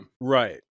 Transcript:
right